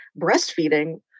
breastfeeding